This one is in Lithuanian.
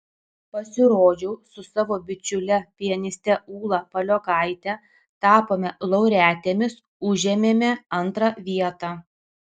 pasirodžiau su savo bičiule pianiste ūla paliokaite tapome laureatėmis užėmėme antrą vietą